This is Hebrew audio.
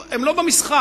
הם לא במשחק.